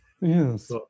yes